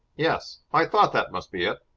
yes, i thought that must be it.